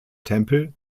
tempel